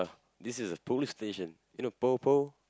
this is a police station you know po-po